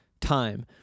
time